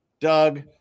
Doug